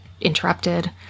interrupted